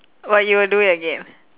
but you will do it again